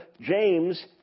James